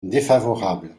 défavorable